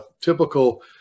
typical